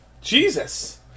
Jesus